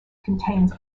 contains